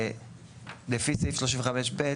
לפי סעיף 35 ב',